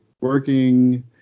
working